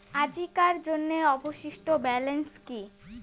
আজিকার জন্য অবশিষ্ট ব্যালেন্স কি?